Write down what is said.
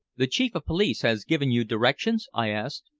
the chief of police has given you directions? i asked.